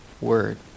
word